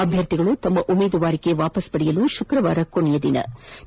ಅಭ್ಯರ್ಥಿಗಳು ತಮ್ಮ ಉಮೇದುವಾರಿಕೆ ಹಿಂಪಡೆಯಲು ಶುಕ್ರವಾರ ಕಡೆಯ ದಿನವಾಗಿದೆ